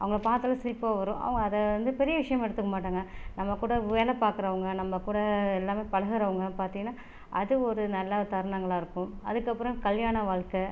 அவங்களை பார்த்தாலே சிரிப்பாக வரும் அவங்க அதை வந்து பெரிய விஷயமாக எடுத்துக்க மாட்டாங்க நம்ம கூட வேலை பார்க்குறவங்க நம்ம கூட எல்லாமே பழகிறவங்க பார்த்தீங்கன்னா அது ஒரு நல்ல தருணங்களாக இருக்கும் அதுக்கு அப்புறம் கல்யாணம் வாழ்க்கை